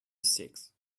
six